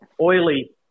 oily